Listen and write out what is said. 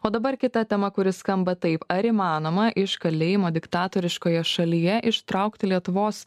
o dabar kita tema kuri skamba taip ar įmanoma iš kalėjimo diktatoriškoje šalyje ištraukti lietuvos